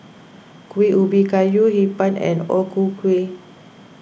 Kueh Ubi Kayu Hee Pan and O Ku Kueh